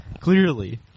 Clearly